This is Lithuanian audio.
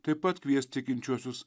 taip pat kvies tikinčiuosius